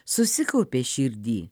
susikaupė širdy